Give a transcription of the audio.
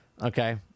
Okay